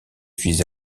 suis